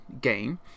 game